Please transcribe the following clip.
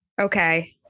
Okay